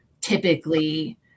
typically